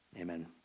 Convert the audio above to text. amen